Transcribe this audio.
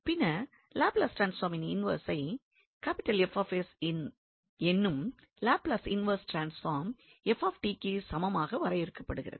பின்னர் லாப்லஸ் ட்ரான்ஸ்பார்மின் இன்வெர்ஸை 𝐹𝑠 என்னும் லாப்லஸ் இன்வெர்ஸ் ட்ரான்ஸ்பார்ம் 𝑓𝑡 க்கு சமமாக வரையறுக்கப்படுகிறது